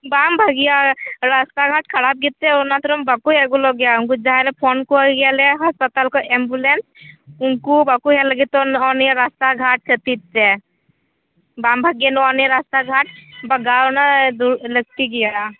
ᱵᱟᱝ ᱵᱷᱟᱜᱮᱭᱟ ᱨᱟᱥᱛᱟ ᱜᱷᱟᱴ ᱠᱷᱟᱨᱟᱯ ᱜᱮᱛᱮ ᱚᱱᱟᱛᱮᱢ ᱵᱟᱠᱚ ᱦᱮᱡ ᱜᱚᱫᱚᱜ ᱜᱮᱭᱟ ᱩᱱᱠᱩ ᱡᱟᱦᱟᱨᱮ ᱯᱷᱳᱱ ᱠᱚᱜᱮᱭᱟᱞᱮ ᱦᱟᱥᱯᱟᱛᱟᱞ ᱠᱷᱚᱡ ᱮᱢᱵᱩᱞᱮᱱᱥ ᱩᱱᱠᱩ ᱵᱟᱠᱚ ᱦᱮᱡ ᱞᱟᱜᱤᱛᱚᱜ ᱱᱚᱼᱱᱤᱭᱟᱹ ᱨᱟᱥᱛᱟ ᱜᱷᱟᱴ ᱠᱷᱟᱹᱛᱤᱨ ᱛᱮ ᱵᱟᱝ ᱵᱷᱟᱜᱤᱭᱟ ᱱᱚᱭᱼᱱᱤᱭᱟᱹ ᱨᱟᱥᱛᱟ ᱜᱷᱟᱴ ᱵᱟᱜᱟᱣᱱᱟᱭ ᱫᱩ ᱞᱟᱹᱠᱛᱤ ᱜᱮᱭᱟ